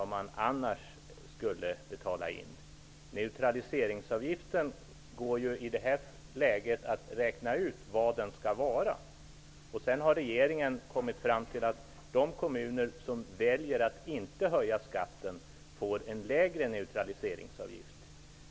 Det går i detta läge att räkna ut vad neutraliseringsavgiften skall bli. Regeringen har kommit fram till att de kommuner som väljer att inte höja skatten får en lägre neutraliseringsavgift.